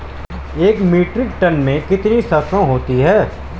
एक metric tonne में कितनी सरसों होती है?